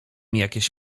jakieś